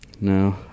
No